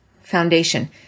foundation